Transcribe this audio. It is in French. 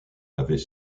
avait